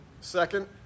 Second